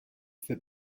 that